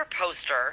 poster